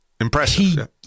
Impressive